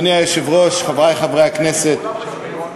אחרי בדיקה מאוד מאוד פרטנית ומדוקדקת של מצבם של בני-הזוג שמבקשים